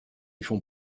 font